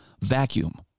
vacuum